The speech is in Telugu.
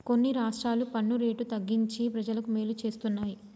కొన్ని రాష్ట్రాలు పన్ను రేటు తగ్గించి ప్రజలకు మేలు చేస్తున్నాయి